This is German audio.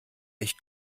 echt